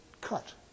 cut